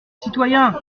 citoyen